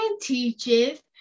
Teaches